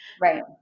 right